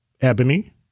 Ebony